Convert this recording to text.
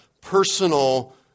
personal